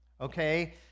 okay